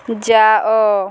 ଯାଅ